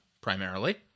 primarily